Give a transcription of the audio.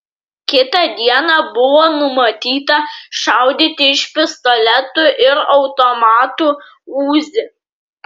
kitą dieną buvo numatyta šaudyti iš pistoletų ir automatų uzi